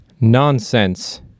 Nonsense